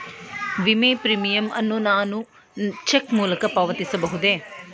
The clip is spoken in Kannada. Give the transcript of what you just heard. ವಿಮೆ ಪ್ರೀಮಿಯಂ ಅನ್ನು ನಾನು ಚೆಕ್ ಮೂಲಕ ಪಾವತಿಸಬಹುದೇ?